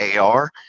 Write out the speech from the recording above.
ar